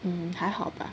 hmm 还好 bah